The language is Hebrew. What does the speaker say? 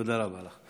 תודה רבה לך.